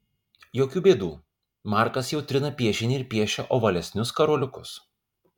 jokių bėdų markas jau trina piešinį ir piešia ovalesnius karoliukus